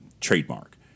trademark